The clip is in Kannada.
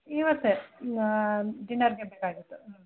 ಇವತ್ತೇ ಡಿನ್ನರಿಗೆ ಬೇಕಾಗಿತ್ತು